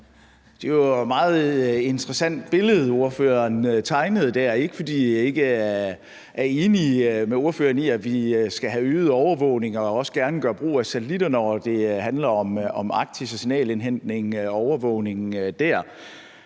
Det var et meget interessant billede, ordføreren tegnede der; ikke fordi jeg ikke enig med ordføreren i, at vi skal have øget overvågning og også gerne gøre brug af satellitter, når det handler om Arktis og signalindhentningen og overvågningen dér.